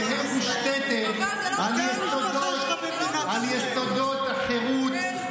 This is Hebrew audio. תהא מושתתת על יסודות החירות,